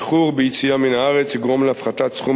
איחור ביציאה מן הארץ יגרום להפחתת סכום